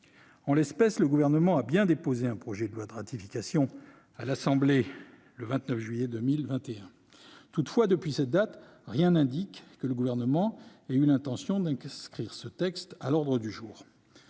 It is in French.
En l'espèce, le Gouvernement a bien déposé un projet de loi de ratification à l'Assemblée nationale le 29 juillet 2021. Toutefois, depuis cette date, rien n'indique qu'il ait l'intention d'inscrire ce texte à l'ordre du jour.